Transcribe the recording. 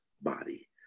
body